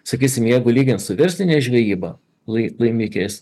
sakysim jeigu lygint su verslinė žvejyba laimikiais